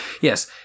yes